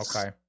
Okay